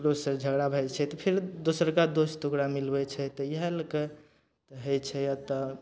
दोस्तसँ झगड़ा भए जाइ छै तऽ फेर दोसरका दोस्त ओकरा मिलबय छै तऽ इएह लए कऽ होइ छै आओर तऽ